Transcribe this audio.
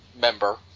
member